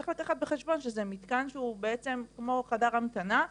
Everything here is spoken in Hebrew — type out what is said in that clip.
צריך לקחת בחשבון שזה מתקן שהוא בעצם כמו חדר המתנה,